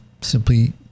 simply